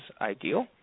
ideal